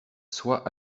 soit